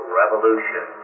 revolution